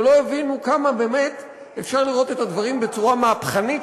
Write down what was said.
שלא הבינו כמה באמת אפשר לראות את הדברים בצורה מהפכנית,